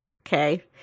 okay